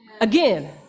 Again